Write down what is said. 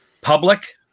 public